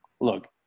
look